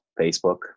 facebook